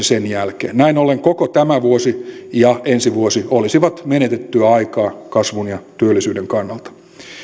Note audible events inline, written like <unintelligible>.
<unintelligible> sen jälkeen näin ollen koko tämä vuosi ja ensi vuosi olisivat menetettyä aikaa kasvun ja työllisyyden kannalta